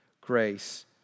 grace